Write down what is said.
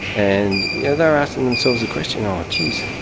and yeah they're asking themselves the question, ah geez,